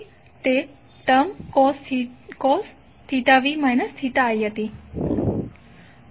તે term cos v i હતી